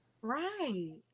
Right